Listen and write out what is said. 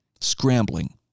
scrambling